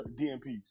DMPs